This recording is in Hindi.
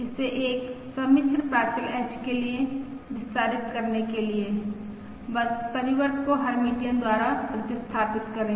इसे एक सम्मिश्र प्राचल h के लिए विस्तारित करने के लिए बस परिवर्त को हेर्मिटियन द्वारा प्रतिस्थापित करें